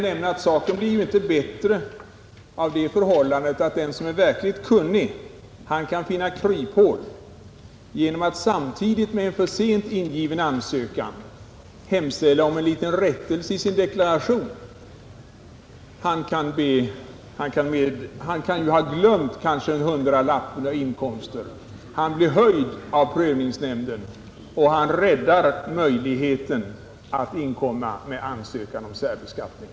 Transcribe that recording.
Saken blir ju inte bättre av det förhållandet att den som är verkligt kunnig kan finna kryphål genom att samtidigt med en för sent ingiven ansökan hemställa om en liten rättelse i sin deklaration. Han har kanske glömt en hundralapp av sina inkomster. Hans taxering blir höjd av prövningsnämnden, och han räddar då möjligheten att inkomma med ansökan om särbeskattning.